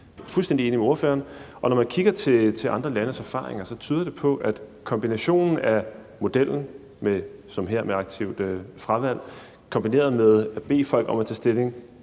Jeg er fuldstændig enig med ordføreren, og når man kigger til andre landes erfaringer, tyder det på, at modellen som her med et aktivt fravalg kombineret med at bede folk om at tage stilling